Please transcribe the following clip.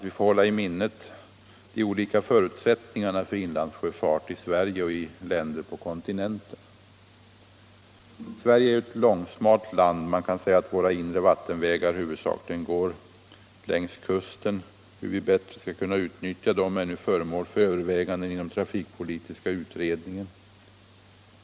Vi får hålla i minnet de olika förutsättningarna för inlandssjöfart i Sverige och i olika länder på kontinenten. Sverige är ju ett långsmalt land. Man kan säga att våra inre vattenvägar huvudsakligen går längs kusten. Hur vi bättre skall kunna utnyttja dessa är nu föremål för överväganden inom trafikpolitiska utredningen.